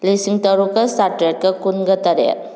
ꯂꯤꯁꯤꯡ ꯇꯔꯨꯛꯀ ꯆꯥꯇ꯭ꯔꯦꯠꯀ ꯀꯨꯟꯒ ꯇꯔꯦꯠ